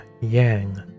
Yang